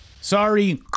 sorry